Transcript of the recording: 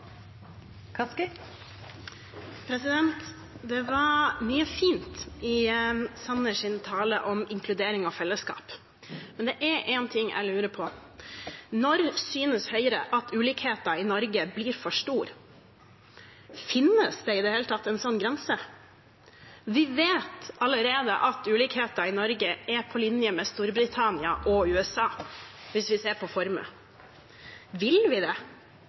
Det var mye fint i Jan Tore Sanners tale om inkludering og fellesskap, men det er én ting jeg lurer på: Når synes Høyre at ulikheten i Norge blir for stor? Finnes det i det hele tatt en slik grense? Vi vet allerede at ulikheten i Norge er på linje med den i Storbritannia og den i USA, hvis vi ser på formue. Vil vi det?